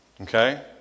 Okay